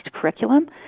curriculum